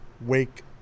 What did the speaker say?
wake